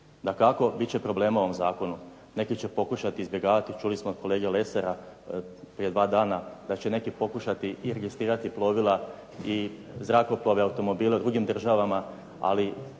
Dakako biti će problema u ovom zakonu. Neki će pokušati izbjegavati, čuli smo od kolege Lesara prije dva dana, da će neki pokušati i registrirati plovila, zrakoplove i automobile u drugim državama, ali ovo